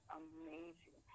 amazing